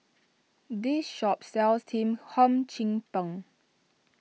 this shop sells Team Hum Chim Peng